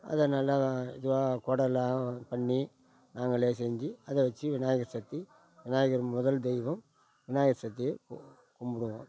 அதை நல்லா இதுவாக குடைலாம் பண்ணி நாங்களே செஞ்சு அதை வச்சு விநாயகர் சதுர்த்தி விநாயகர் முதல் தெய்வம் விநாயகர் சதுர்த்திய கு கும்பிடுவோம்